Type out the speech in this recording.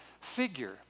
figure